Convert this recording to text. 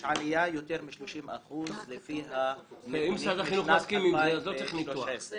יש עליה יותר מ-30% לפי הנתונים משנת 2013. אם משרד החינוך מסכים עם זה,